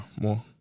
more